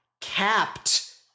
capped